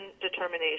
determination